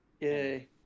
Yay